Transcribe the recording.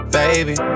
baby